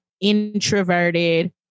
introverted